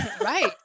Right